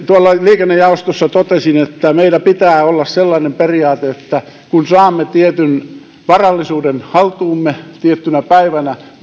tuolla liikennejaostossa totesin että meillä pitää olla sellainen periaate että kun saamme tietyn varallisuuden haltuumme tiettynä päivänä niin